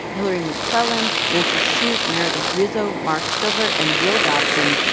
hillary mcclellen, nancy shute, meredith rizzo, marc silver and will dobson.